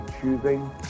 choosing